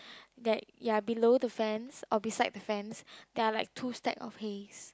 that ya below the fence or beside the fence there are like two stack of hays